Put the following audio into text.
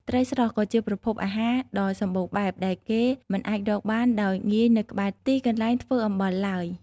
ត្រីស្រស់ក៏ជាប្រភពអាហារដ៏សម្បូរបែបដែលគេមិនអាចរកបានដោយងាយនៅក្បែរទីកន្លែងធ្វើអំបិលឡើយ។